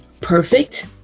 perfect